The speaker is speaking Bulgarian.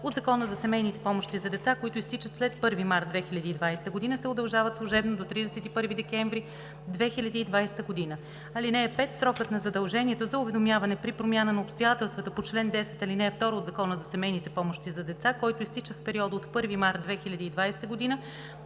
от Закона за семейни помощи за деца, които изтичат след 1 март 2020 г., се удължават служебно до 31 декември 2020 г. (5) Срокът на задължението за уведомяване при промяна на обстоятелствата по чл. 10, ал. 2 от Закона за семейни помощи за деца, който изтича в периода от 1 март 2020 г.